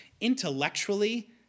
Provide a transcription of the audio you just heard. Intellectually